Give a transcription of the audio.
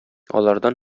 алардан